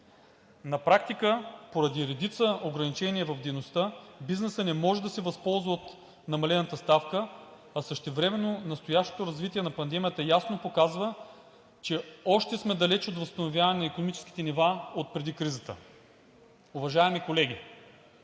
На практика, поради редица ограничения в дейността, бизнесът не може да се възползва от намалената ставка, а същевременно настоящото развитие на пандемията ясно показва, че още сме далеч от възстановяване на икономическите нива отпреди кризата. Уважаеми колеги,